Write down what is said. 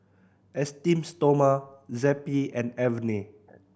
Esteem Stoma Zappy and Avene